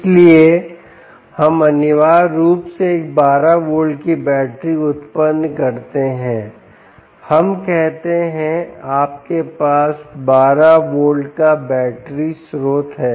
इसलिए हम अनिवार्य रूप से एक 12 वोल्ट की बैटरी उत्पन्न करते हैं हम कहते हैं आपके पास 12 वोल्ट का बैटरी स्रोत हैं